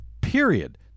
period